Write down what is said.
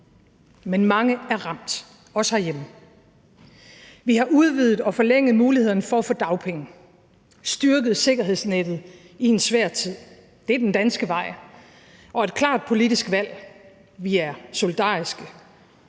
men mange er ramt, også herhjemme. Vi har udvidet og forlænget mulighederne for at få dagpenge, styrket sikkerhedsnettet i en svær tid. Det er den danske vej og et klart politisk valg. Vi er solidariske.